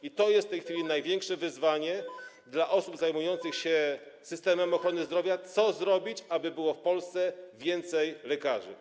I to jest w tej chwili największe wyzwanie dla osób zajmujących się systemem ochrony zdrowia - co zrobić, aby było w Polsce więcej lekarzy.